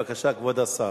בבקשה, כבוד השר.